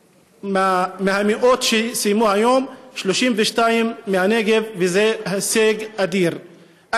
מהמאות שסיימו היום, 32 הם מהנגב, וזה הישג אדיר.